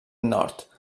nord